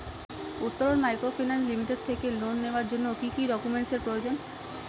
Uttaran microfinance limited থেকে loan নেওয়ার জন্য কি কি ডকুমেন্টস এর প্রয়োজন?